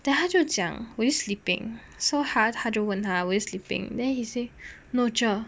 then 他就讲 were you sleeping so !huh! 他就问他 were you sleeping no 'cher